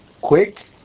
quick